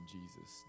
Jesus